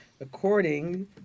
according